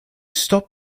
stop